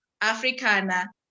Africana